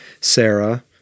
Sarah